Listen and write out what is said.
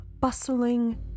bustling